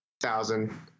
thousand